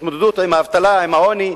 התמודדות עם האבטלה, עם העוני.